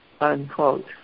unquote